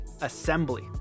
Assembly